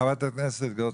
חברת הכנסת גוטליב,